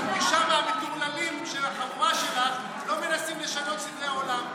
כי שם המטורללים של החבורה שלך לא מנסים לשנות סדרי עולם.